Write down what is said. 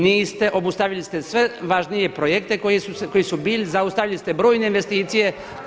Niste, obustavili ste sve važnije projekte koji su bili, zaustavili ste brojne investicije.